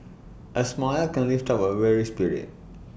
A smile can lift up A weary spirit